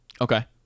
Okay